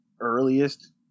earliest